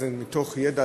זה מתוך ידע,